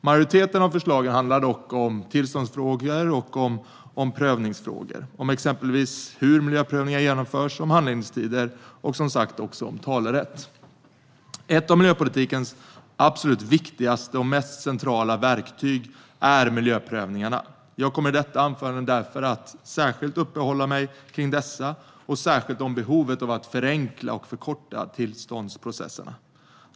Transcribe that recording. Majoriteten av förslagen handlar dock om tillståndsfrågor och prövningsfrågor om exempelvis hur miljöprövningar genomförs, handlingstider och talerätt. Ett av miljöpolitikens absolut viktigaste och mest centrala verktyg är miljöprövningarna. Jag kommer i detta anförande därför att uppehålla mig vid dessa och särskilt vid behovet av att förenkla och förkorta tillståndsprocesserna.